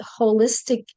holistic